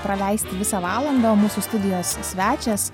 praleisti visą valandą o mūsų studijos svečias